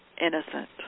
innocent